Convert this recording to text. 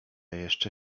jeszcze